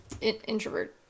Introvert